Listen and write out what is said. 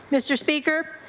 mr. speaker,